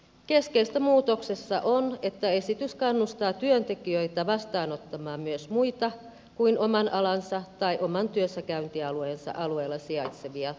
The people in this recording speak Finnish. keskeistä muutoksessa on että esitys kannustaa työntekijöitä vastaanottamaan myös muita kuin oman alansa tai oman työssäkäyntialueensa alueella sijaitsevia töitä